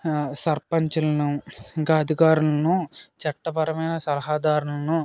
సర్పంచులని ఇంకా అధికారులని చట్టపరమైన సలహాదారులని